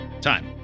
Time